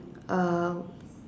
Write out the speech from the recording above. um